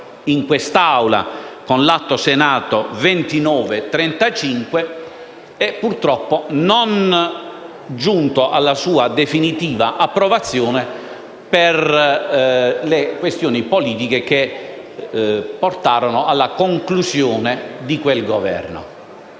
in quest'Aula con l'Atto Senato 2935 e purtroppo non arrivato alla sua definitiva approvazione per le questioni politiche che portarono alla caduta di quell'Esecutivo.